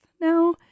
now